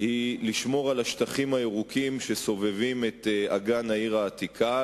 היא לשמור על השטחים הירוקים שסובבים את אגן העיר העתיקה,